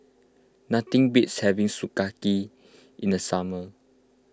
nothing beats having Sukiyaki in the summer